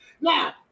now